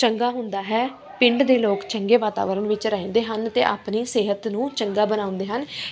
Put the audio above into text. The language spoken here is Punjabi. ਚੰਗਾ ਹੁੰਦਾ ਹੈ ਪਿੰਡ ਦੇ ਲੋਕ ਚੰਗੇ ਵਾਤਾਵਰਨ ਵਿੱਚ ਰਹਿੰਦੇ ਹਨ ਅਤੇ ਆਪਣੀ ਸਿਹਤ ਨੂੰ ਚੰਗਾ ਬਣਾਉਂਦੇ ਹਨ